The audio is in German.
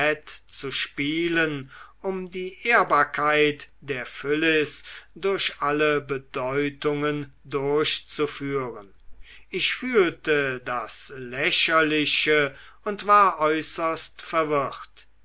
zu spielen um die ehrbarkeit der phyllis durch alle bedeutungen durchzuführen ich fühlte das lächerliche und war äußerst verwirrt